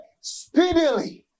speedily